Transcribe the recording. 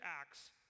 acts